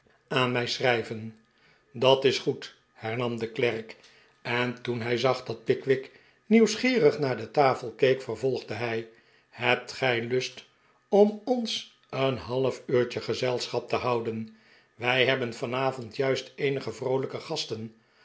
aan mij schrijven dat is goed hernam de klerk eri toen hij zag r dat pickwick nieuwsgierig naar de tafel keek vervolgde hij hebt gij lust om ons een half uurtje gezelschap te houden wij hebben vanavond juist eenige vroolijke gasten